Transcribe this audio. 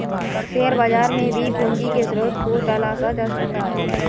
share बाजार में भी पूंजी के स्रोत को तलाशा जा सकता है